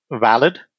valid